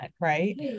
right